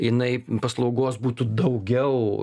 jinai paslaugos būtų daugiau